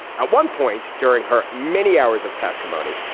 at one point during her many hours of testimony,